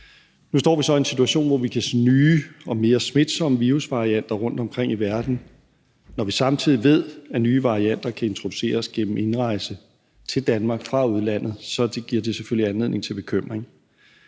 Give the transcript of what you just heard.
Nu står vi så i en situation, hvor vi kan se nye og mere smitsomme virusvarianter rundtomkring i verden. Når vi samtidig ved, at nye varianter kan introduceres gennem indrejse til Danmark fra udlandet, så giver det selvfølgelig anledning til bekymring.